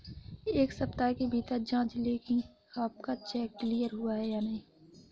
एक सप्ताह के भीतर जांच लें कि आपका चेक क्लियर हुआ है या नहीं